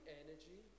energy